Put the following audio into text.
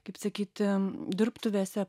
kaip sakyti dirbtuvėse